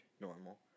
normal